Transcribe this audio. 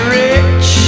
rich